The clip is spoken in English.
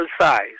size